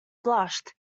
blushed